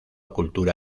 cultura